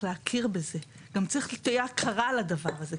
לכן צריך שתהיה הכרה בדבר הזה.